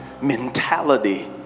mentality